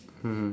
mm